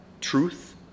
truth